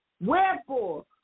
Wherefore